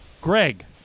Greg